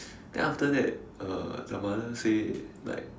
then after that uh the mother say like